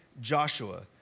Joshua